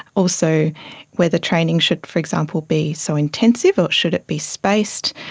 also whether training should, for example, be so intensive or should it be spaced.